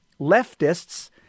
Leftists